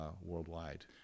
worldwide